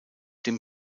dem